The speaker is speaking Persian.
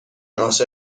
عاشق